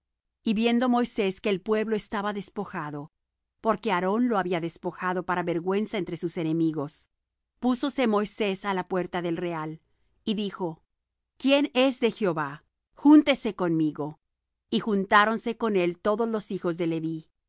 y viendo moisés que el pueblo estaba despojado porque aarón lo había despojado para vergüenza entre sus enemigos púsose moisés á la puerta del real y dijo quién es de jehová júntese conmigo y juntáronse con él todos los hijos de leví